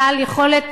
בעל יכולת